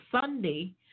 Sunday